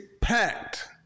packed